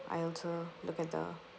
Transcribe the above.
I also look at the